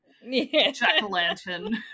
jack-o'-lantern